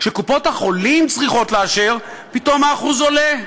כשקופות-החולים צריכות לאשר, פתאום האחוז עולה: